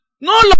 No